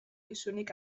isunik